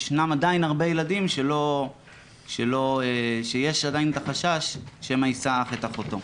ישנם עדיין הרבה ילדים שיש עדיין את החשש שמא יישא אח את אחותו.